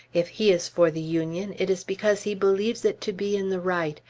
if he is for the union, it is because he believes it to be in the right,